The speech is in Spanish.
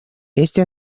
este